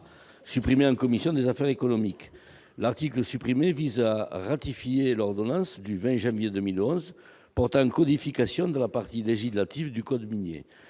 supprimé en commission des affaires économiques. L'article supprimé visait à ratifier l'ordonnance du 20 janvier 2011 portant codification de la partie législative du code minier.